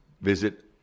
Visit